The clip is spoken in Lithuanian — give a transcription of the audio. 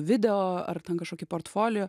video ar kažkokį portfolio